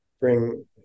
bring